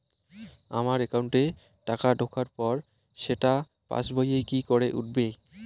আমার একাউন্টে টাকা ঢোকার পর সেটা পাসবইয়ে কি করে উঠবে?